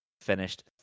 finished